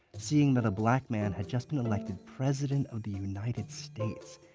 seeing that a black man had just been elected president of the united states,